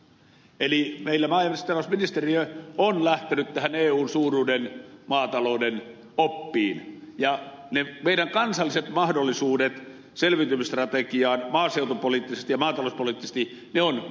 eli meillä maa ja metsätalousministeriö on lähtenyt tähän eun suuruuden maatalouden oppiin ja ne meidän kansalliset mahdollisuutemme selviytymisstrategiaan maaseutupoliittisesti ja maatalouspoliittisesti on hylätty